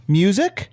music